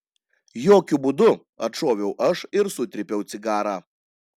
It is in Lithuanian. jokiu būdu atšoviau aš ir sutrypiau cigarą